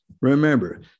Remember